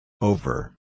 Over